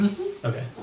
okay